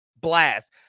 blast